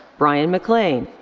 bryan mclean.